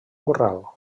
corral